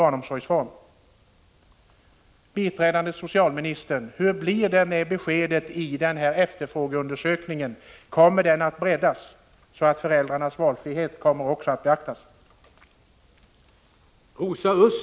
Hur blir det, biträdande socialministern, med beskedet i den här efterfrågeundersökningen? Kommer den att breddas, så att föräldrarnas valfrihet kommer att beaktas?